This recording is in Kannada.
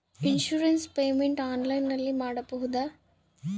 ಇನ್ಸೂರೆನ್ಸ್ ಪೇಮೆಂಟ್ ಆನ್ಲೈನಿನಲ್ಲಿ ಮಾಡಬಹುದಾ?